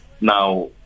Now